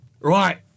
Right